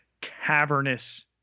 cavernous